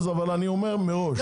אבל אני אומר מראש,